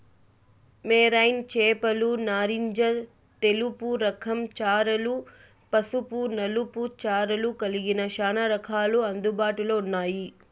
marine చేపలు నారింజ తెలుపు రకం చారలు, పసుపు నలుపు చారలు కలిగిన చానా రకాలు అందుబాటులో ఉన్నాయి